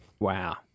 Wow